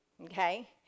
okay